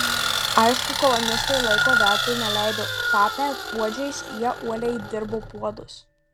aišku kolonistai laiko veltui neleido tapę puodžiais jie uoliai dirbo puodus